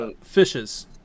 fishes